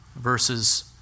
verses